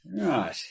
Right